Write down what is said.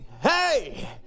Hey